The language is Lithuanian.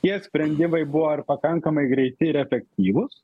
tie sprendimai buvo ir pakankamai greiti ir efektyvūs